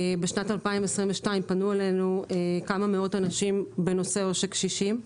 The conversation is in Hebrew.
בשנת 2022 פנו אלינו כמה מאות אנשים בנושא עושק קשישים.